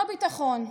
לא ביטחון,